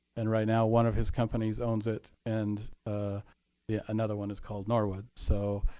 and right now one of his companies owns it and ah yeah another one is called norwood. so